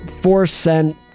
four-cent